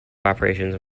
operators